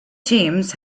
teams